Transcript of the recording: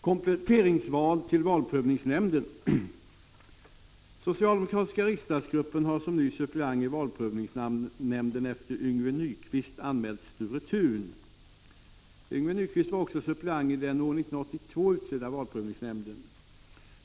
Yngve Nyquist var också suppleant i den år 1982 utsedda valprövningsnämnden.